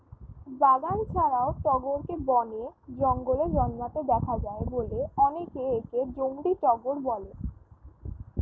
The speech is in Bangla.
বাগান ছাড়াও টগরকে বনে, জঙ্গলে জন্মাতে দেখা যায় বলে অনেকে একে জংলী টগর বলে